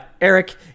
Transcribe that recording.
Eric